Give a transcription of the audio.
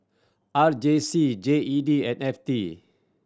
R J C J E D and F T